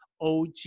og